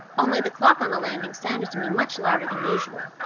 only the clock on the landing sounded to me much louder than usual.